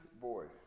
voice